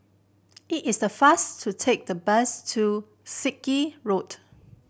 it is the fast to take the bus to Sarkie Road